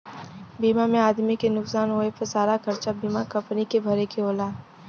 बीमा में आदमी के नुकसान होए पे सारा खरचा बीमा कम्पनी के भरे के होला